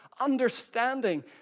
understanding